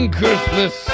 Christmas